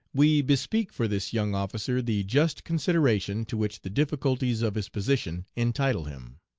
we bespeak for this young officer the just consideration to which the difficulties of his position entitle him.